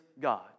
God